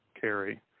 carry